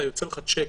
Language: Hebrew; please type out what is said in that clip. יוצא לך שיק,